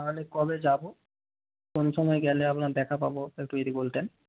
তাহলে কবে যাব কোন সময় গেলে আপনার দেখা পাব একটু যদি বলতেন